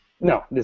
No